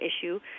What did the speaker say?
issue